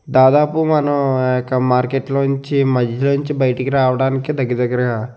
దాదాపు మనం ఆ యొక్క మార్కెట్లో నించి మధ్యలో నించి బయటికి రావడానికి దగ్గర దగ్గరగా